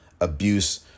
abuse